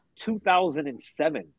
2007